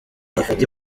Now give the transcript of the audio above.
ifite